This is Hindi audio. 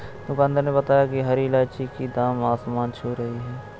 दुकानदार ने बताया कि हरी इलायची की दाम आसमान छू रही है